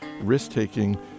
Risk-Taking